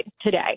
today